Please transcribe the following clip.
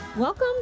Welcome